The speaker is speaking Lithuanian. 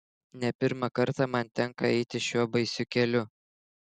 ne pirmą kartą man tenka eiti šiuo baisiu keliu